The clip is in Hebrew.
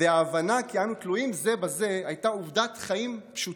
וההבנה כי אנו תלויים זה בזה הייתה עובדת חיים פשוטה.